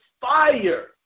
fire